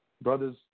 Brothers